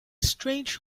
strange